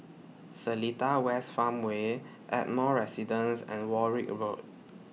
Seletar West Farmway Ardmore Residence and Warwick Road